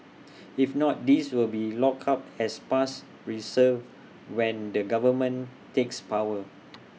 if not these will be locked up as past reserves when the government takes power